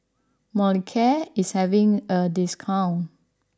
Molicare is having a discount